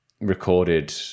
recorded